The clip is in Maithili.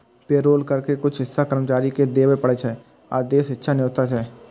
पेरोल कर के कुछ हिस्सा कर्मचारी कें देबय पड़ै छै, आ शेष हिस्सा नियोक्ता कें